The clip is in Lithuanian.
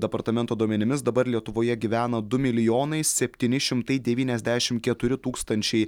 departamento duomenimis dabar lietuvoje gyvena du milijonai septyni šimtai devyniasdešim keturi tūkstančiai